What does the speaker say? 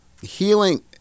Healing